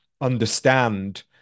understand